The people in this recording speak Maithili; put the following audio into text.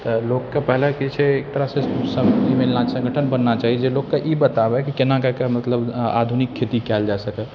तऽ लोककेँ पहिले की छै एक तरहसँ सभकेँ मिलना चाही सङ्गठन बनना चाही जे लोककेँ ई बताबै कि केना कऽ कऽ मतलब आधुनिक खेती कयल जा सकै